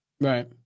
Right